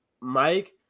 Mike